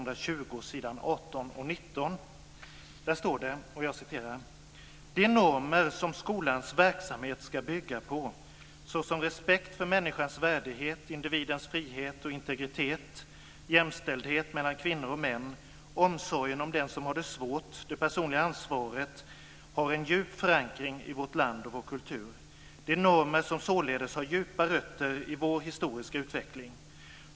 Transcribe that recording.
Där står det: "De normer som skolans verksamhet skall bygga på, såsom respekt för människans värdighet, individens frihet och integritet, jämställdhet mellan kvinnor och män, omsorgen om den som har det svårt, det personliga ansvaret, har en djup förankring i vårt land och vår kultur. Det är normer som således har djupa rötter i vår historiska utveckling.